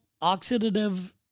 oxidative